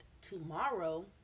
tomorrow